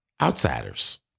Outsiders